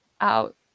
out